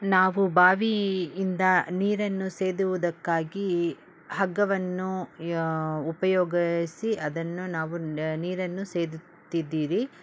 ನಾವು ಬಾವಿಯಿಂದ ನೀರನ್ನು ಸೇದುವುದಕ್ಕಾಗಿ ಹಗ್ಗವನ್ನು ಉಪಯೋಗಿಸಿ ಅದನ್ನು ನಾವು ನೀರನ್ನು ಸೇದುತ್ತಿದ್ದೀರಿ